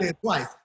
twice